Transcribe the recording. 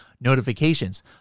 notifications